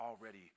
already